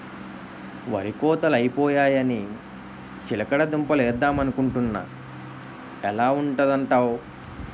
వరి కోతలై పోయాయని చిలకడ దుంప లేద్దమనుకొంటున్నా ఎలా ఉంటదంటావ్?